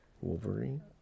Wolverine